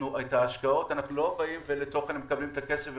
את ההשקעות אנחנו לא באים ולצורך העניין מקבלים את הכסף ומשקיעים,